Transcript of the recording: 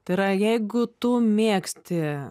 tai yra jeigu tu mėgsti